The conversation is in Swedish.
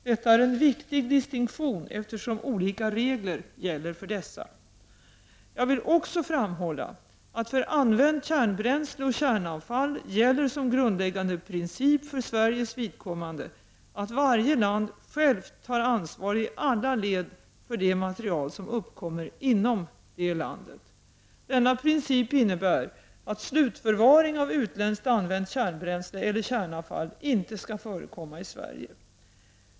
Detta är en viktig distinktion, eftersom olika regler gäller för dessa. Jag vill också framhålla att för använt kärnbränsle och kärnavfall gäller som en grundläggande princip för Sveriges vidkommande att varje land självt tar ansvar i alla led för det material som uppkommer inom det landet. Denna princip innebär att slutförvaring av utländskt använt kärnbränsle eller kärnavfall inte skall förekomma i Sverige.